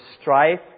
strife